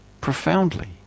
profoundly